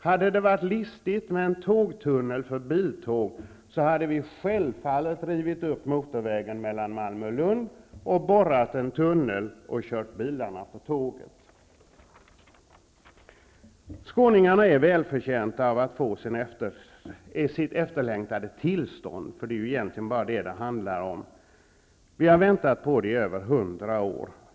Hade det varit listigt med en tågtunnel för biltåg, hade vi självfallet rivit upp motorvägen mellan Malmö och Lund och borrat en tunnel och kört bilarna på tåget. Skåningarna är välförtjänta av att få sitt efterlängtade tillstånd. Det är egentligen bara detta det handlar om. Vi har väntat på det i över 100 år.